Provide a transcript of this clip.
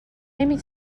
نمی